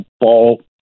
ball